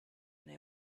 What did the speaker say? been